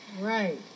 Right